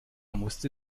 musste